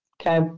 okay